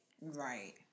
Right